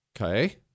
Okay